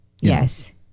Yes